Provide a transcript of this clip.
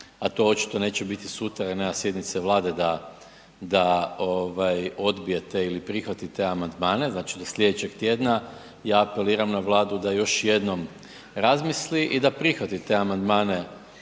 a to očito neće biti sutra jer nema sjednice Vlade da, da odbije te ili prihvati te amandmane, znači do slijedećeg tjedna, ja apeliram na Vladu da još jednom razmisli i da prihvati te amandmane